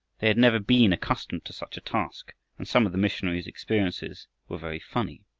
they had never been accustomed to such a task, and some of the missionary's experiences were very funny.